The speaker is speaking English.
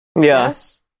yes